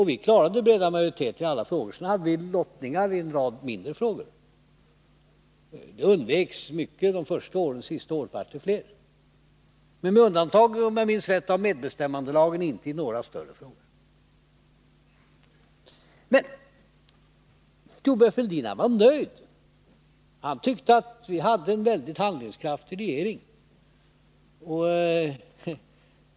Vi klarade breda majoriteter i alla frågor. Sedan hade vi lottningar i en rad mindre frågor. Det undveks mycket de första åren, de sista åren blev det fler. Med undantag av, om jag minns rätt, medbestämmandelagen förekom inte lottning i några större frågor. Men Thorbjörn Fälldin var nöjd. Han tyckte att vi hade en väldigt handlingskraftig regering.